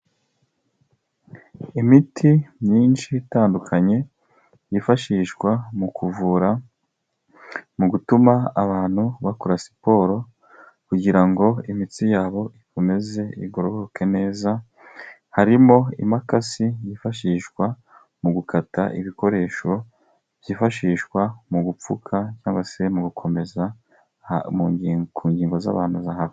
Imiti myinshi itandukanye yifashishwa mu kuvura, mu gutuma abantu bakora siporo, kugira ngo imitsi yabo ikomeze igoroke neza, harimo impakasi yifashishwa mu gukata ibikoresho byifashishwa mu gupfuka cyangwa se mu gukomeza ku ngingo z'abantu.